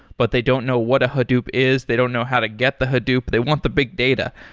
but they don't know what a hadoop is. they don't know how to get the hadoop. they want the big data.